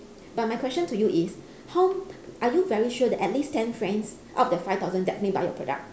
but my question to you is how are you very sure that at least ten friends out of that five thousand definitely buy your product